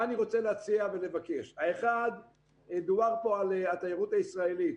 אני רוצה להציע ולבקש דובר פה על התיירות הישראלית.